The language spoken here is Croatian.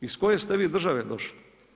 Iz koje ste vi države došli?